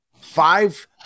five